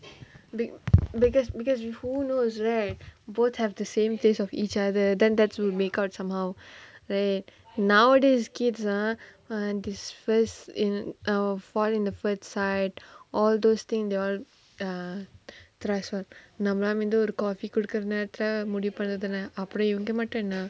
bec~ because because you who knows right both have the same taste of each other then that will make out somehow right nowadays kids ah ah dis~ fes~ in oh fall in the first sight all those thing they will err trust well நம்மல்லா இந்த ஒரு:nammallaa intha oru coffee குடுக்குற நேரத்துல முடிவு பண்ற தான அப்புறம் இவங்க மட்டும் என்னா:kudukkura nerathula mudivu pandra thana appuram ivanga mattum ennaa